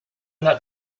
not